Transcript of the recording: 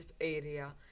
area